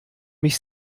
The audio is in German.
mich